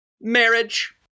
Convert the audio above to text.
marriage